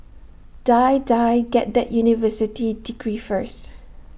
Die Die get that university degree first